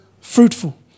fruitful